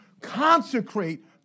consecrate